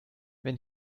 wenn